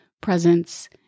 presence